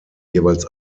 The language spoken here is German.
jeweils